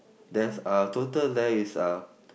there's a total there is uh